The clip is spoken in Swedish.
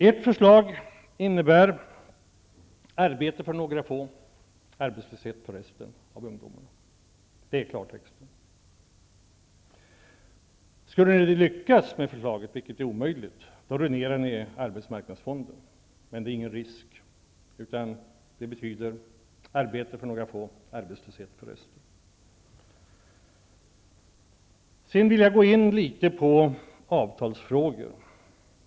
Ert förslag innebär i klartext arbete för några få, arbetslöshet för resten av ungdomarna. Skulle ni lyckas med ert förslag, vilket är omöjligt, skulle ni ruinera arbetsmarknadsfonden, men det är nog ingen risk. Förslaget betyder alltså arbete för några få och arbetslöshet för resten. Sedan vill jag gå in litet på avtalsfrågorna.